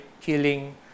killing